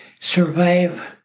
survive